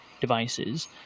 devices